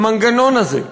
המנגנון הזה,